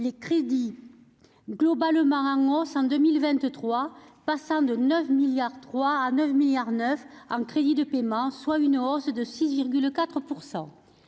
des crédits globalement en hausse en 2023 : ils passent de 9,3 milliards à 9,9 milliards d'euros en crédits de paiement, soit une hausse de 6,4 %.